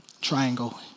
Triangle